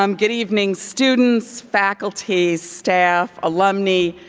um good evening, students, faculty, staff, alumnae,